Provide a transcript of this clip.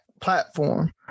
platform